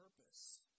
purpose